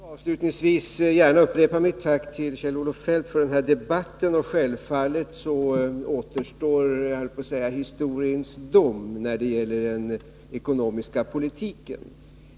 Fru talman! Jag vill också avslutningsvis gärna upprepa mitt tack till Kjell-Olof Feldt för denna debatt. Självfallet återstår ”historiens dom” när det gäller den ekonomiska politiken.